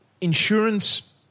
insurance